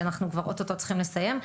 ואנחנו כבר אוטוטו צריכים לסיים.